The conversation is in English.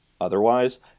otherwise